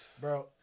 bro